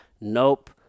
Nope